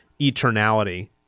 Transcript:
eternality